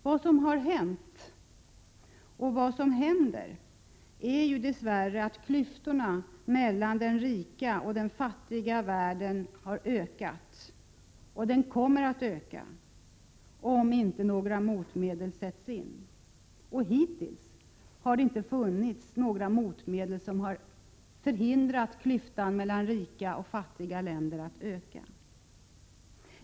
Vad som har hänt och händer är dess värre att klyftorna mellan den rika och den fattiga världen har ökat och ökar, om inga motmedel sätts in. Hittills har det inte funnits några motmedel för att förhindra att klyftan mellan rika och fattiga länder ökar.